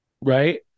right